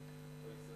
הגיע הזמן לחשבון